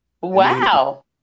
Wow